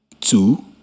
Two